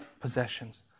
possessions